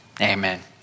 Amen